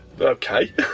Okay